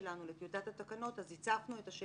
שבו ותסגרו את זה